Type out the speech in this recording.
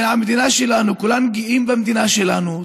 המדינה שלנו, כולנו גאים במדינה שלנו.